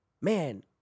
man